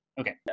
Okay